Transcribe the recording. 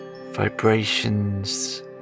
vibrations